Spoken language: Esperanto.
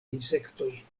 insektoj